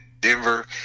Denver